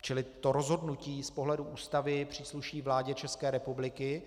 Čili to rozhodnutí z pohledu Ústavy přísluší vládě České republiky.